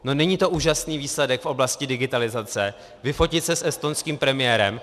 No není to úžasný výsledek v oblasti digitalizace, vyfotit se s estonským premiérem?